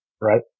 right